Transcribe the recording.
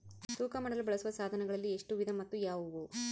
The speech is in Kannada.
ತೂಕ ಮಾಡಲು ಬಳಸುವ ಸಾಧನಗಳಲ್ಲಿ ಎಷ್ಟು ವಿಧ ಮತ್ತು ಯಾವುವು?